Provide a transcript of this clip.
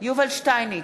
יובל שטייניץ,